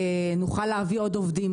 נוכל להביא עוד עובדים.